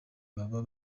baba